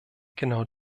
genau